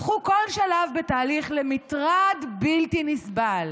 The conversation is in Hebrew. "הפכו כל שלב בתהליך למטרד בלתי נסבל: